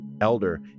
elder